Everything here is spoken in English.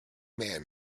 man